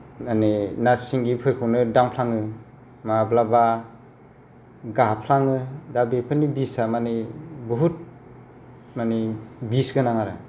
माने ना सिंगिफोरखौनो दांफ्लाङो माब्लाबा गाफ्लाङो दा बेफोरनि बिसा माने बहुद माने बिस गोनां आरो